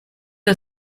are